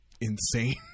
insane